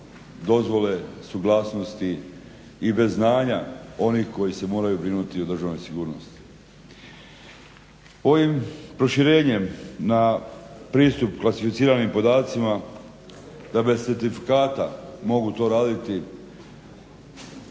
dozvole, suglasnosti i bez znanja onih koji se moraju brinuti o državnoj sigurnosti. Ovim proširenjem na pristup klasificiranim podacima, da bez certifikata mogu to raditi